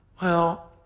well